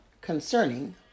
concerning